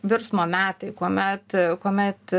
virsmo metai kuomet kuomet